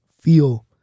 feel